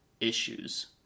issues